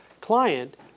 client